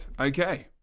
Okay